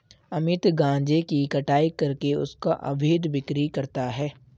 अमित गांजे की कटाई करके उसका अवैध बिक्री करता है